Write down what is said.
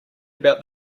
about